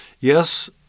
yes